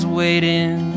waiting